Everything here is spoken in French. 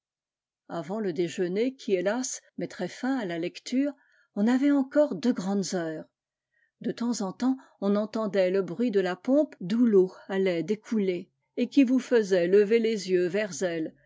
avant le déjeuner qui hé as mettrait fin à la lecture on avait encore deux grandes heures de temps en temps on entendait le bruit de la pompe d'où l'eau allait découler et qui vous faisait lever les yeux vers elle